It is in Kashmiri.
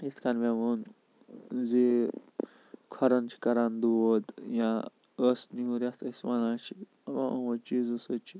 یِتھٕ کٔنۍ مےٚ ووٚن زِ کھۄرَن چھِ کَران دود یا ٲسہٕ نیوٗر یَتھ أسۍ وَنان چھِ یِمو یِمو چیٖزو سٟتۍ چھُ